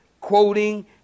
quoting